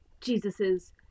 Jesus's